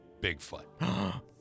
Bigfoot